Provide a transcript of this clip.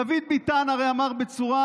דוד ביטן הרי אמר בצורה